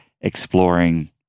exploring